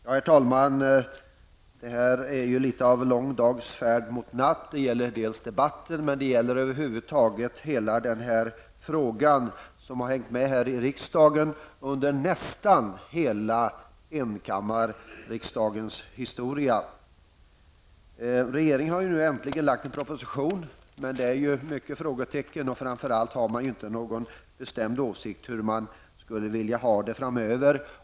Herr talman! Detta är litet av lång dags färd mot natt. Det gäller debatten, men det gäller över huvud taget hela den här frågan som har hängt med här i riksdagen under nästan hela enkammarriksdagens historia. Regeringen har nu äntligen lagt fram en proposition men det finns ju många frågetecken. Framför allt har man inte någon bestämd åsikt om hur man skall ha det framöver.